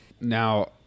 Now